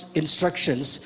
instructions